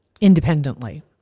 independently